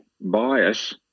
bias